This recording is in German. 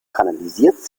kanalisiert